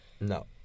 No